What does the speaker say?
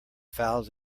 fouls